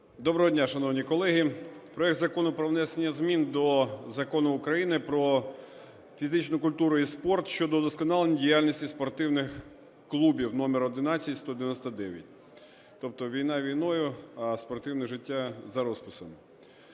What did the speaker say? Доброго дня, шановні колеги. Проект Закону про внесення змін до Закону України "Про фізичну культуру і спорт" щодо удосконалення діяльності спортивних клубів (номер 11199). Тобто війна війною, а спортивне життя за розписом.